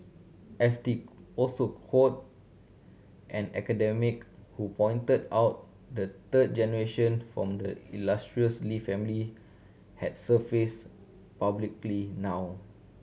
F T also quoted an academic who pointed out the third generation from the illustrious Lee family has surfaced publicly now